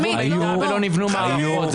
שאבו מידע ולא נבנו מערכות.